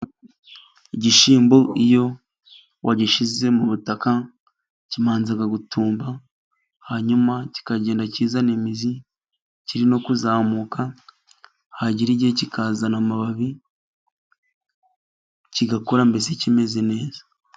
Igishyimbo iyo wagishyize mu butaka, kibanza gutumba, hanyuma kikagenda kizana imizi, kiri no kuzamuka, hagera igihe kikazana amababi, kigakura mbese kimeze neza.